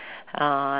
uh